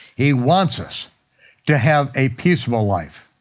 he wants us to have a peaceful life,